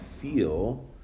feel